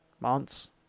months